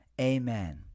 Amen